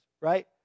right